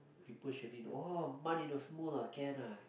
people surely know ah Mun in your Smule ah can ah